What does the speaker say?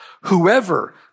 whoever